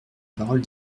parole